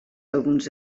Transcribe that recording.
alguns